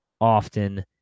often